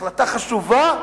החלטה חשובה,